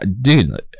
dude